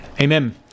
Amen